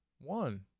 one